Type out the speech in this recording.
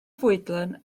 fwydlen